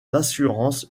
d’assurance